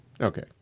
Okay